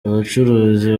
abacuruzi